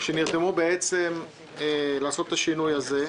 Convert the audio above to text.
שנרתמו לעשות את השינוי הזה.